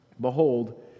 behold